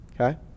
Okay